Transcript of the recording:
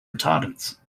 retardants